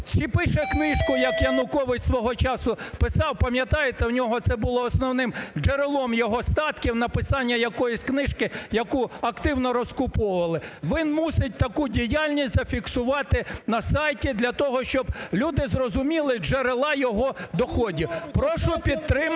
чи пише книжку, як Янукович свого часу писав. Пам'ятаєте, у нього це було основним джерелом його статків, написання якоїсь книжки, яку активно розкуповували. Він мусить таку діяльність зафіксувати на сайті для того, щоб люди зрозуміли джерела його доходів. Прошу підтримати